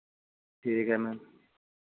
ठीक है मैम